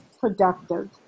productive